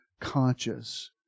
conscious